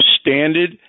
standard